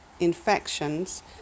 infections